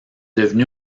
devenu